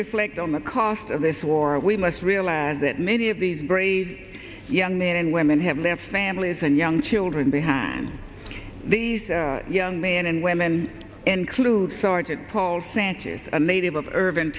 reflect on the cost of this war we must realize that many of these brave young men and women have left families and young children behind these young men and women including sergeant paul sanchez a native of